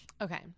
Okay